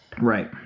Right